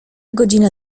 godzina